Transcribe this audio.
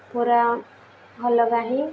ପୁରା ଅଲଗା ହିଁ